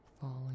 falling